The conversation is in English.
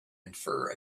infer